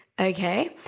okay